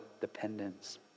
dependence